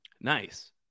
Nice